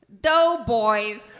Doughboys